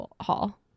haul